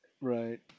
Right